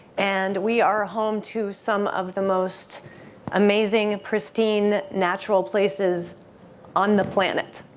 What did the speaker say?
and we are home to some of the most amazing, pristine, natural places on the planet.